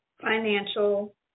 financial